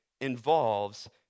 involves